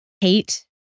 hate